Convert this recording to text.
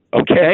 Okay